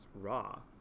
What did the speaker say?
raw